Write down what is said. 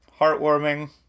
heartwarming